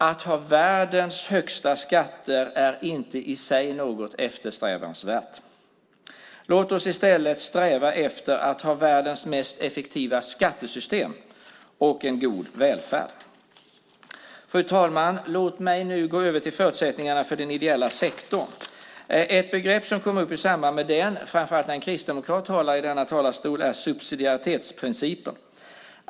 Att ha världens högsta skatter är inte i sig något eftersträvansvärt. Låt oss i stället sträva efter att ha världens mest effektiva skattesystem och en god välfärd. Fru talman! Låt mig nu gå över till förutsättningarna för den ideella sektorn. Ett begrepp som kommer upp i samband med den, framför allt när en kristdemokrat talar i denna talarstol, är subsidiaritetsprincipen.